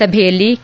ಸಭೆಯಲ್ಲಿ ಕೆ